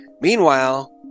Meanwhile